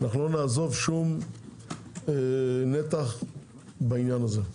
לא נעזוב שום נתח בעניין הזה.